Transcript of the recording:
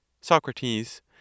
Socrates